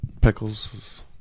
pickles